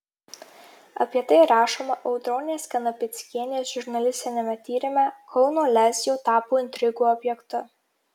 apie tai rašoma audronės kanapickienės žurnalistiniame tyrime kauno lez jau tapo intrigų objektu